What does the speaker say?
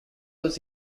was